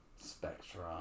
Spectrum